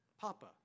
Papa